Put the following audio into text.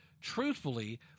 Truthfully